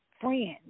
Friends